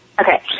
Okay